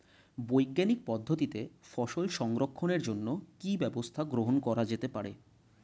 বৈজ্ঞানিক পদ্ধতিতে ফসল সংরক্ষণের জন্য কি ব্যবস্থা গ্রহণ করা যেতে পারে?